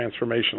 transformational